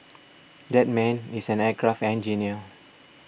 that man is an aircraft engineer